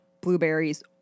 blueberries